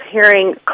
hearing